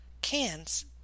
cans